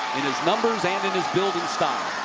numbers and in his build and style.